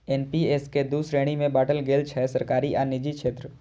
NPS कें दू श्रेणी मे बांटल गेल छै, सरकारी आ निजी क्षेत्र